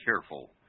careful